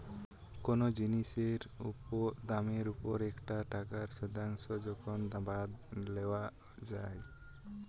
কোনো জিনিসের দামের ওপর একটা টাকার শতাংশ যখন বাদ লওয়া যাই